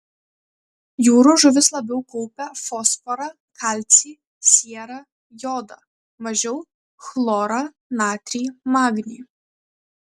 jūrų žuvys labiau kaupia fosforą kalcį sierą jodą mažiau chlorą natrį magnį